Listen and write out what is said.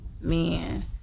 man